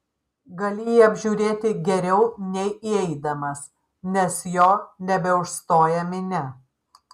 gali jį apžiūrėti geriau nei įeidamas nes jo nebeužstoja minia